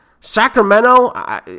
Sacramento